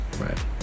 Right